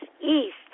East